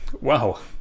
Wow